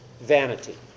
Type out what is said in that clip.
vanity